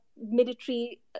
military